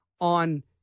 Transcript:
on